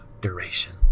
duration